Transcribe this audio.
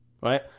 right